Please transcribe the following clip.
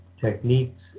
techniques